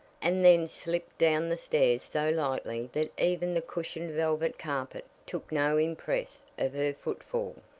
and then slipped down the stairs so lightly that even the cushioned velvet carpet took no impress of her footfall.